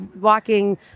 walking